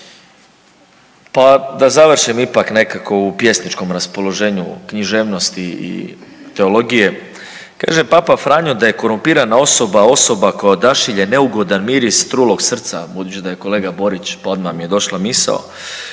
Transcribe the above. Pa da završim ipak nekako u pjesničkom raspoloženju književnosti i teologije, kaže Papa Franjo da je „korumpirana osoba, osoba koja odašilje neugodan miris trulog srca“, budući da je kolega Borić pa odma mi je došla misao